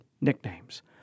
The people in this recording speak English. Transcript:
nicknames